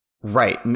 Right